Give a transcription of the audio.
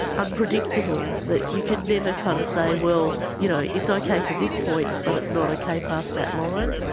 unpredictable that you can never kind of say, well you know, it's okay to this point but it's not okay past that line.